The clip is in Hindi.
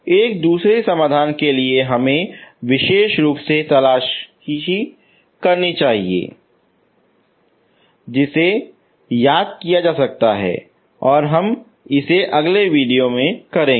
एक दूसरा समाधान के लिए हमें विशेष रूप की तलाश करनी चाहिए जिसे याद किया जा सकता है और हम अगले वीडियो में करेंगे